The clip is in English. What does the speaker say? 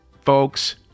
Folks